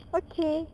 okay